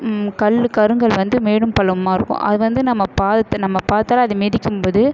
கல் கருங்கல் வந்து மேடும் பள்ளமுமாக இருக்கும் அது வந்து நம்ம பாதத்தை நம்ம பாதத்தால் அதை மிதிக்கும் போது